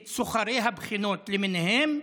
את סוחרי הבחינות למיניהם,